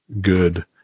good